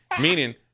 Meaning